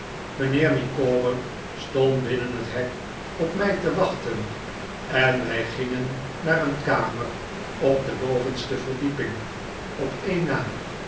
mijnheer micawber stond binnen het hek op mij te wachten en wij gingen naar zijn kamer op de bovenste verdieping op een na